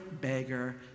beggar